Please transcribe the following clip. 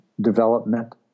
development